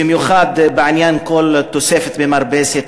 במיוחד בעניין כל תוספת במרפסת,